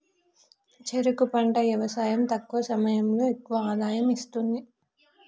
చెరుకు పంట యవసాయం తక్కువ సమయంలో ఎక్కువ ఆదాయం ఇస్తుంది